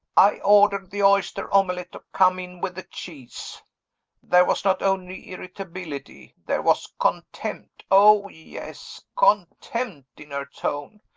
i order the oyster-omelet to come in with the cheese there was not only irritability, there was contempt oh, yes! contempt in her tone.